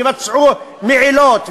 יבצעו מעילות,